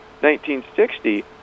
1960